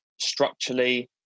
Structurally